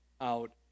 out